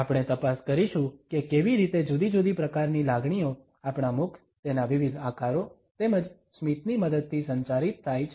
આપણે તપાસ કરીશું કે કેવી રીતે જુદી જુદી પ્રકારની લાગણીઓ આપણા મુખ તેના વિવિધ આકારો તેમજ સ્મિતની મદદથી સંચારિત થાય છે